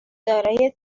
دارای